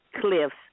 Cliff's